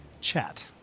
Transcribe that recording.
chat